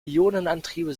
ionenantriebe